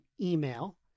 email